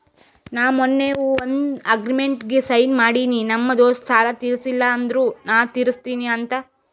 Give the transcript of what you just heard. ನಾ ಮೊನ್ನೆ ಒಂದ್ ಅಗ್ರಿಮೆಂಟ್ಗ್ ಸೈನ್ ಮಾಡಿನಿ ನಮ್ ದೋಸ್ತ ಸಾಲಾ ತೀರ್ಸಿಲ್ಲ ಅಂದುರ್ ನಾ ತಿರುಸ್ತಿನಿ ಅಂತ್